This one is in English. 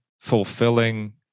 fulfilling